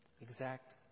exact